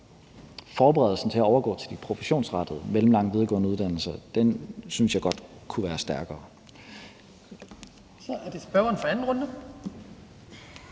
forberedelsen til at overgå til de professionsrettede mellemlange videregående uddannelser, godt kunne være stærkere, synes jeg. Kl. 12:57 Den